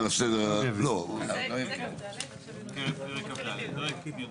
על סדר היום פרק כ"ד (קידום תשתיות לאומיות),